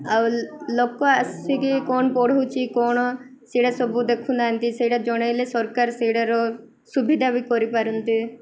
ଆଉ ଲୋକ ଆସିକି କ'ଣ ପଢ଼ଉଛି କ'ଣ ସେଇଟା ସବୁ ଦେଖୁନାହାନ୍ତି ସେଇଟା ଜଣେଇଲେ ସରକାର ସେଇଟାର ସୁବିଧା ବି କରିପାରନ୍ତେ